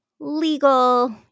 legal